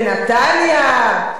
בנתניה,